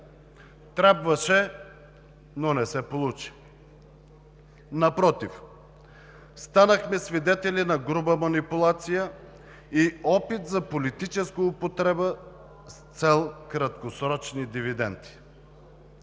Трябваше! Но не се получи! Напротив, станахме свидетели на груба манипулация и опит за политическа употреба с цел краткосрочни дивиденти.